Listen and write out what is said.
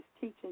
teaching